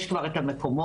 יש כבר את המקומות,